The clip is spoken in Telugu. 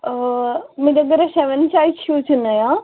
మీ దగ్గర సెవెన్ సైజ్ షూస్ ఉన్నాయా